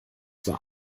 war